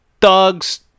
thugs